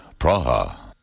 Praha